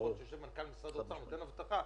יושב מנכ"ל משרד האוצר ונותן הבטחה,